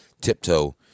tiptoe